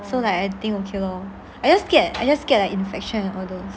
so like I think okay lor I just scared I just scared like infections and all those